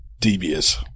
devious